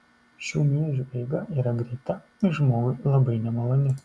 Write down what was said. šių miežių eiga yra greita ir žmogui labai nemaloni